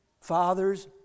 fathers